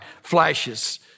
flashes